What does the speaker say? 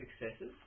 successes